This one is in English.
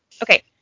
Okay